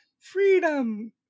freedom